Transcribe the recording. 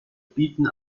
bieten